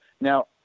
now